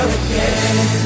again